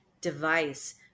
device